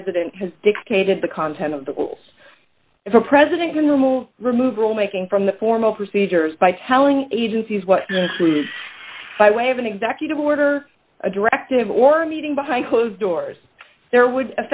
president has dictated the content of the rules if a president can remove remove rule making from the formal procedures by telling agencies what by way of an executive order a directive or meeting behind closed doors there would